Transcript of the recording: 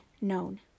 known